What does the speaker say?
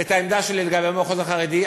את העמדה שלי לגבי המחוז החרדי.